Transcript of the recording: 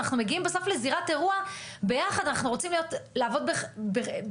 אנחנו מגיעים בסוף לזירת אירוע ביחד ואנחנו רוצים לעבוד בחברות,